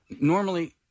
normally